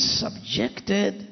subjected